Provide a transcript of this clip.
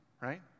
Right